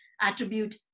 attribute